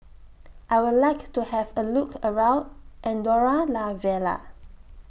I Would like to Have A Look around Andorra La Vella